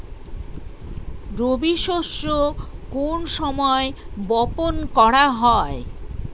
রবি শস্য কোন সময় বপন করা হয়?